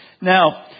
Now